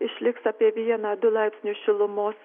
išliks apie vieną du laipsnius šilumos